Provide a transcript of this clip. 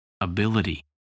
ability